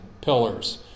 pillars